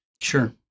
Sure